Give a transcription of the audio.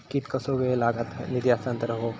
कितकोसो वेळ लागत निधी हस्तांतरण हौक?